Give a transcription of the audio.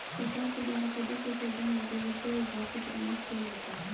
सरकार के द्वारा पदों के सृजन में भी वित्त विभाग से परामर्श किया जाता है